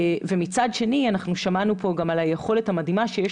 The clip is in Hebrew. מצד שני שמענו פה גם על היכולת המדהימה שיש